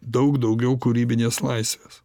daug daugiau kūrybinės laisvės